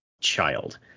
child